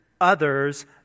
others